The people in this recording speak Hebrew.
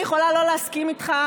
אני יכולה לא להסכים איתך,